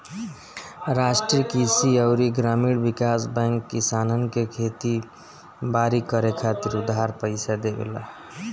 राष्ट्रीय कृषि अउरी ग्रामीण विकास बैंक किसानन के खेती बारी करे खातिर उधार पईसा देवेला